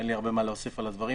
אין לי הרבה מה להוסיף על הדברים,